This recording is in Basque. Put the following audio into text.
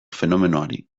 fenomenoari